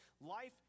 life